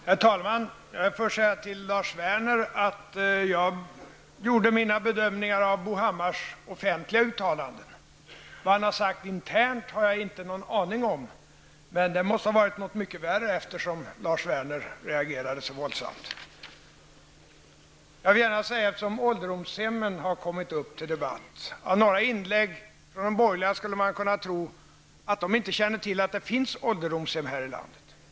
Herr talman! Får jag först säga till Lars Werner att jag gjorde mina bedömningar efter Bo Hammars offentliga uttalanden. Vad han har sagt internt har jag ingen aning om, men det måste ha varit mycket värre eftersom Lars Werner reagerade så våldsamt. Ålderdomshemmen har tagits upp i debatten. Av några inlägg från de borgerliga företrädarna skulle man kunna tro att de inte känner till att det finns ålderdomshem här i landet.